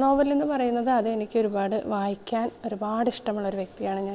നോവലെന്ന് പറയുന്നത് അത് എനിക്ക് ഒരുപാട് വായിക്കാൻ ഒരുപാട് ഇഷ്ടമുള്ളൊരു വ്യക്തിയാണ് ഞാൻ